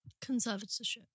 Conservatorship